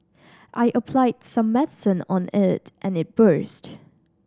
I applied some medicine on it and it burst